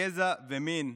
גזע ומין.